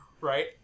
right